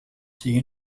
die